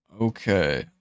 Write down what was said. Okay